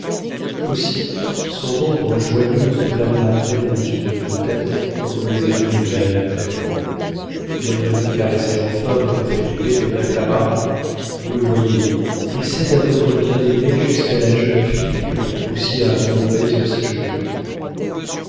aussi son ombre joyeuse planera t elle au-dessus de vos têtes quand vous les inclinerez à l'autel viendrez-vous caresser enfin votre felipe dona clara vous le voyez il cède à votre bien-aimé jusqu'à la jeune fille que vous poussiez à regret sur ses genoux